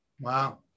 wow